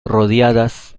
rodeadas